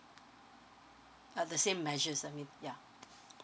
uh the same measures I mean yeah